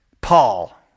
Paul